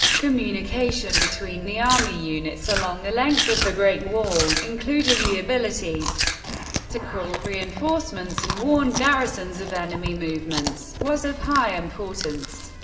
communication between the army units along the length of the great wall, including the ability to call reinforcements and warn garrisons of enemy movements, was of high importance.